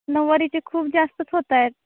नऊवारीचे खूप जास्तच होत आहेत